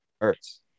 hurts